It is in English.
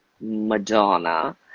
Madonna